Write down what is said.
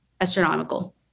astronomical